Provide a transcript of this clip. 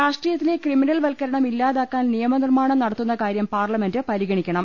രാഷ്ട്രീയത്തിലെ ക്രിമിനൽ വത്കരണം ഇല്ലാതാക്കാൻ നിയമ നിർമ്മാണം നടത്തുന്ന കാര്യം പാർലമെന്റ് പരിഗണിക്കണം